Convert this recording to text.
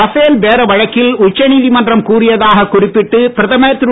Rafale பேர வழக்கில் உச்சநீதிமன்றம் கூறியதாக குறிப்பிட்டு பிரதமர் திரு